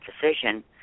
decision